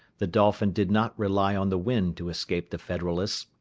the dolphin did not rely on the wind to escape the federalists,